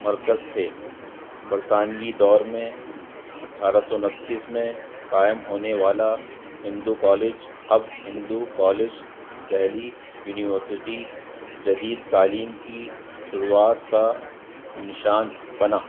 مرکز تھے برطانوی دور میں اٹھارہ سو انتیس میں قائم ہونے والا ہندو کالج اب ہندو کالج دہلی یونیورسٹی جدید تعلیم کی شروعات کا نشان بنا